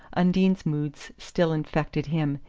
undine's moods still infected him,